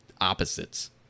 opposites